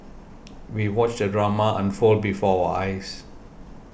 we watched the drama unfold before our eyes